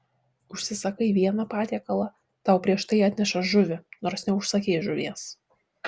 užsisakai vieną patiekalą tau prieš tai atneša žuvį nors neužsakei žuvies